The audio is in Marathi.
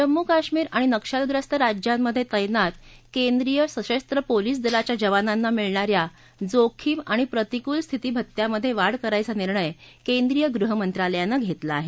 जम्मू काश्मीर आणि नक्षलग्रस्त राज्यांमध्ये तैनात केंद्रीय सशस्त्र पोलीस दलाच्या जवानांना मिळणा या जोखीम आणि प्रतिकूल स्थिती भत्त्यामध्ये वाढ करायचा निर्णय केंद्रीय गृह मंत्रालयानं घेतला आहे